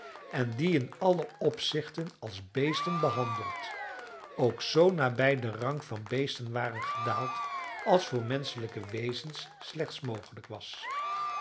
en die in alle opzichten als beesten behandeld ook zoo nabij den rang van beesten waren gedaald als voor menschelijke wezens slechts mogelijk was